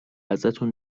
ازتون